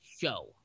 show